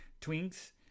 Twinks